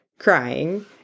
crying